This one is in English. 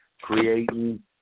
creating